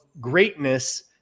greatness